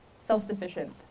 self-sufficient